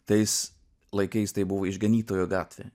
tais laikais tai buvo išganytojo gatvė